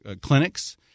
clinics